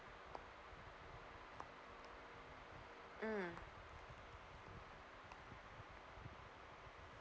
mm